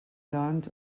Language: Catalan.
doncs